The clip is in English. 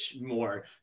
more